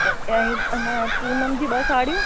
ऐं इन पूनम जी ॿ साड़ियूं